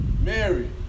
Mary